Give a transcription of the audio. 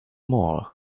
more